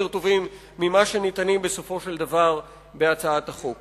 טובים ממה שניתנים בסופו של דבר בהצעת החוק.